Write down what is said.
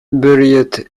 buried